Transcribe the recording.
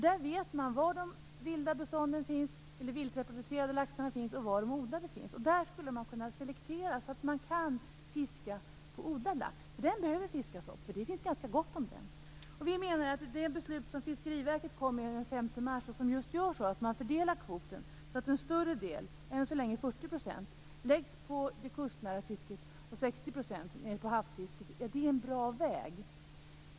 Där vet man var de vildreproducerade laxarna och de odlade laxarna finns. Där skulle man kunna selektera, så att det går att fiska odlad lax. Det finns gott om odlad lax, så det behöver fiskas. Det beslut från Fiskeriverket som kom den 5 mars, som innebär en fördelning av kvoten, är en bra väg att gå. En större del, än så länge 40 %, läggs på det kustnära fisket och 60 % på havsfisket.